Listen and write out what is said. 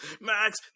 Max